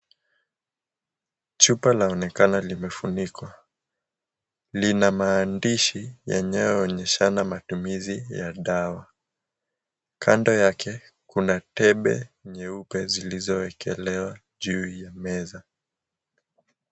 Chupa laonekana limefunikwa, lina maandishi yanayoonyeshana matumizi ya dawa . Kando yake kuna tembe nyeupe zilizo wekelewa juu ya meza.